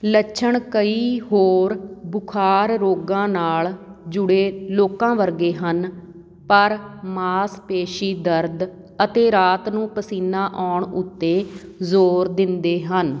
ਲੱਛਣ ਕਈ ਹੋਰ ਬੁਖ਼ਾਰ ਰੋਗਾਂ ਨਾਲ ਜੁੜੇ ਲੋਕਾਂ ਵਰਗੇ ਹਨ ਪਰ ਮਾਸਪੇਸ਼ੀ ਦਰਦ ਅਤੇ ਰਾਤ ਨੂੰ ਪਸੀਨਾ ਆਉਣ ਉੱਤੇ ਜ਼ੋਰ ਦਿੰਦੇ ਹਨ